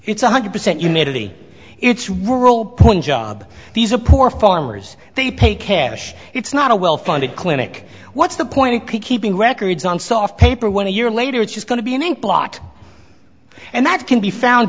it's one hundred percent humidity it's rural point job these are poor farmers they pay cash it's not a well funded clinic what's the point of keeping records on soft paper when a year later it's just going to be an ink blot and that can be found